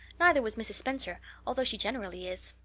neither was mrs. spencer although she generally is.